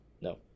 No